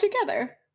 together